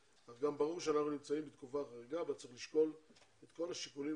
אך גם ברור שאנחנו נמצאים בתקופה חריגה בה צריך לשקול את כל השיקולים,